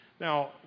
Now